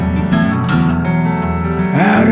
Out